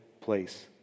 place